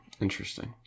Interesting